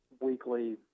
weekly